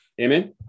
Amen